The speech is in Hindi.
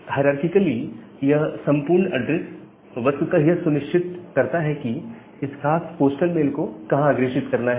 हायरारकीकली यह संपूर्ण एड्रेस वस्तुतः यह सुनिश्चित करता है कि इस खास पोस्टल मेल को कहां अग्रेषित करना है